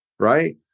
right